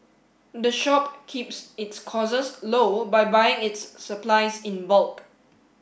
the shop keeps its costs low by buying its supplies in bulk